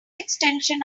extension